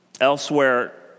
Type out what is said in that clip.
Elsewhere